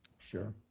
sure.